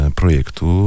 projektu